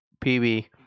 PB